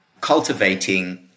cultivating